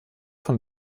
von